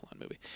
movie